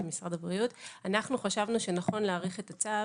משרד הבריאות שאנחנו חשבנו שנכון להאריך את הצו